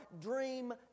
dream